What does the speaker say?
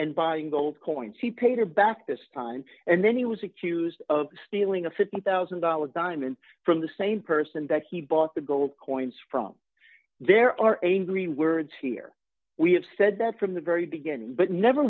and buying gold coins he paid her back this time and then he was accused of stealing a fifty thousand dollars diamond from the same person that he bought the gold coins from there are angry words here we have said that from the very beginning but never